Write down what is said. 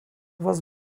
was